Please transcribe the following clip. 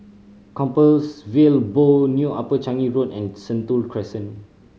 Compassvale Bow New Upper Changi Road and Sentul Crescent